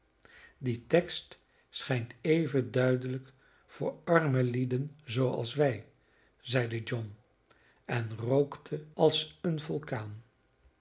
die tekst schijnt even duidelijk voor arme lieden zooals wij zeide john en rookte als een vulkaan